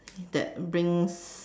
that brings